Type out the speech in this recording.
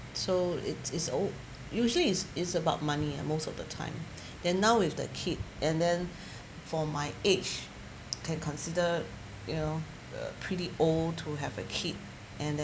so it is oh usually is is about money most of the time then now with the kid and then for my age can consider you know a~ pretty old to have a kid and then